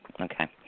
Okay